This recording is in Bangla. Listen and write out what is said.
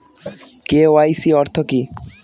কে.ওয়াই.সি অর্থ কি?